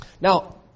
Now